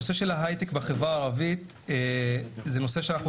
נושא ההייטק בחברה הערבית הוא נושא שאנחנו